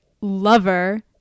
lover